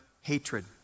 hatred